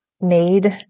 made